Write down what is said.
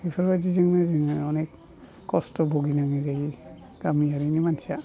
बेफोरबायदिजोंनो जोङो अनेख खस्थ' भुगिनांनो जायो गामियारिनि मानसिया